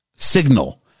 signal